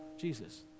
Jesus